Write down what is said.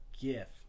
gift